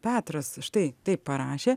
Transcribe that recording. petras štai taip parašė